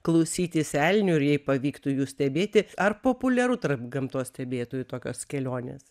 klausytis elnių ir jei pavyktų jų stebėti ar populiaru tarp gamtos stebėtojų tokios kelionės